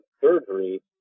surgery